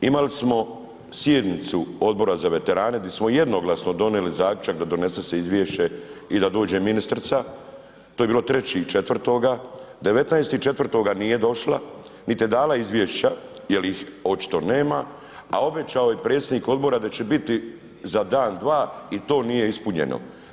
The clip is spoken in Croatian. Imali smo sjednicu Odbora za veterane gdje smo jednoglasno donijeli zaključak da donese se izvješće i da dođe ministrica, to je bilo 3.4., 19.4. nije došla, niti je dala izvješća jer ih očito nema, a obećao je predsjednik odbora da će biti za dan, dva i to nije ispunjeno.